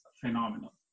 phenomenal